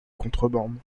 contrebande